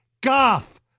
Goff